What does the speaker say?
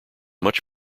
much